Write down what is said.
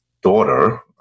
daughter